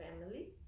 family